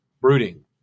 brooding